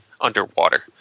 underwater